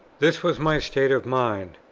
this was my state of mind,